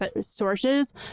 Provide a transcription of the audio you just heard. sources